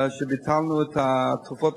תרופות.